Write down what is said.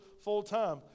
full-time